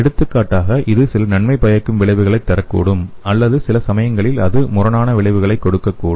எடுத்துக்காட்டாக இது சில நன்மை பயக்கும் விளைவுகளைத் தரக்கூடும் அல்லது சில சமயங்களில் அது முரணான விளைவைக் கொடுக்கக்கூடும்